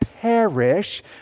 Perish